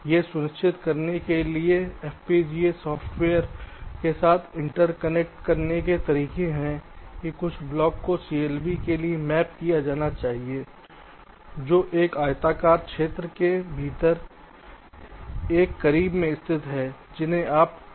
यह सुनिश्चित करने के लिए FPGA सॉफ़्टवेयर के साथ इंटरकनेक्ट करने के तरीके हैं कि कुछ ब्लॉकों को CLB के लिए मैप किया जाना चाहिए जो एक आयताकार क्षेत्र के भीतर एक करीब में स्थित हैं जिन्हें आप ठीक बता सकते हैं